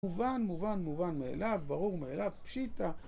מובן, מובן, מובן מאליו, ברור מאליו, פשיטא.